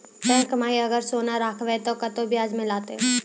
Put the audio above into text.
Bank माई अगर सोना राखबै ते कतो ब्याज मिलाते?